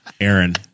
Aaron